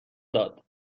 داد